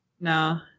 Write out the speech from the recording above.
No